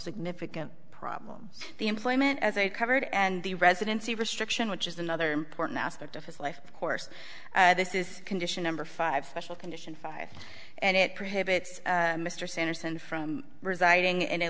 significant problems the employment as a covered and the residency restriction which is another important aspect of his life of course this is condition number five special condition five and it prohibits mr sanderson from residing in a